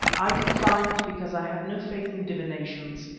i declined because i had no faith in divinations,